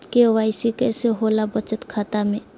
KYC कैसे होला बचत खाता में?